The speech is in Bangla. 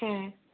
হ্যাঁ